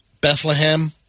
Bethlehem